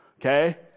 okay